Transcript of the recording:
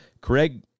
Craig